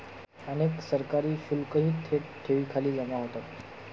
अनेक सरकारी शुल्कही थेट ठेवींखाली जमा होतात